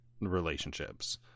relationships